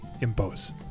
impose